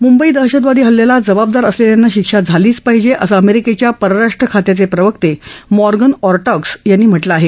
मुंबई दहशतवादी हल्ल्याला जबाबदार असलेल्यांना शिक्षा झालीच पाहीजे असं अमेरिकेच्या परराष्ट्रखात्याचे प्रवक्ते मार्गन ऑर्टाग्स यांनी म्हटलं आहे